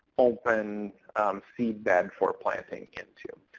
open seed bed for planting into.